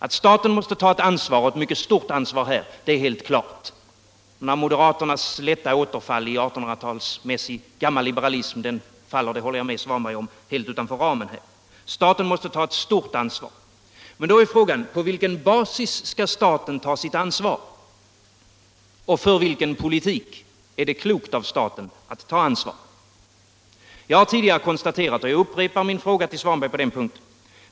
Att staten skall ta ett ansvar, och ett mycket stort ansvar, är helt klart. Moderaternas lätta återfall i artonhundratalsmässig gammalliberalism faller — det håller jag med herr Svanberg om -— helt utanför ramen. Staten måste ta ett stort ansvar. Men då uppstår som sagt frågan: På vilken basis skall staten ta sitt ansvar och vilken politik är det klokt av staten att ta ansvar för? Detta har jag konstaterat tidigare, och på denna punkt upprepar jag frågan till herr Svanberg.